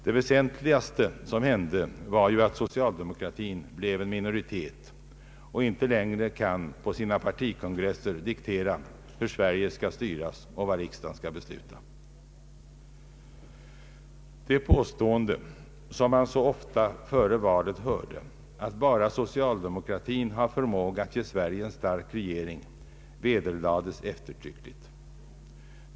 Det väsentligaste som hände var att socialdemokratin blev en minoritet och inte längre kan på sina partikongresser diktera hur Sverige skall styras och vad riksdagen skall besluta. Det påstående som man så ofta hörde före valet, att bara socialdemokratin har förmåga att ge Sverige en stark regering, vederlades eftertryckligt.